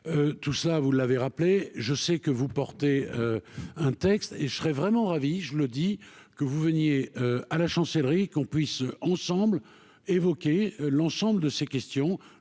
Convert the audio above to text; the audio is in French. tout ça, vous l'avez rappelé, je sais que vous portez un texte et je serais vraiment ravi, je le dis que vous veniez à la chancellerie, qu'on puisse ensemble évoquer l'ensemble de ces questions,